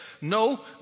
No